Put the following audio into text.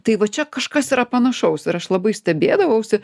tai va čia kažkas yra panašaus ir aš labai stebėdavausi